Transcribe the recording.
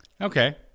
Okay